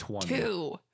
Two